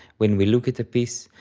when we look at a piece,